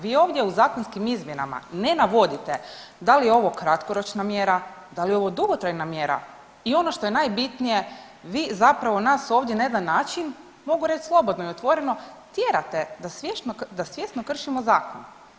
Vi ovdje u zakonskim izmjenama ne navodite da li je ovo kratkoročna mjera, da li je ovo dugotrajna mjera i ono što je najbitnije vi zapravo nas ovdje na jedan način mogu reć slobodno i otvoreno tjerate da svjesno kršimo zakon.